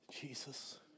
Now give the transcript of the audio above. Jesus